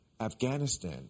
Afghanistan